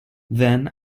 then